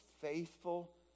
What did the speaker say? faithful